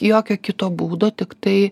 jokio kito būdo tiktai